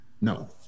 No